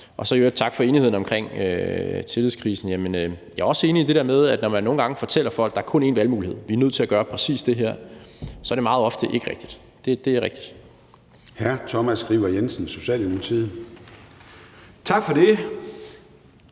i øvrigt sige tak for enigheden omkring tillidskrisen. Jeg er også enig i det der med, at når man nogle gange fortæller folk, at der kun er én valgmulighed, og at vi er nødt til at gøre præcis det her, så er det meget ofte ikke rigtigt. Det er rigtigt. Kl. 14:20 Formanden (Søren Gade):